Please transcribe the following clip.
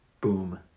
Boom